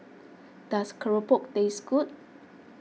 does Keropok taste good